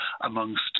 amongst